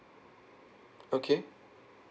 okay